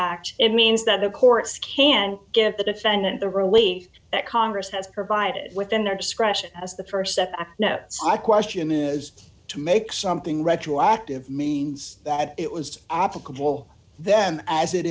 act it means that the courts can get the defendant the relief that congress has provided within their discretion as the st step i question is to make something retroactive means that it was applicable then as it